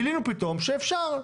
גילינו פתאום שאפשר,